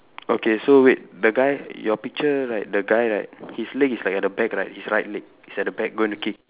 okay so wait the guy your picture right the guy right his leg is like at the back right his right leg is at the back going to kick